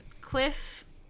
Cliff